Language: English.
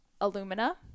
alumina